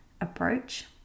approach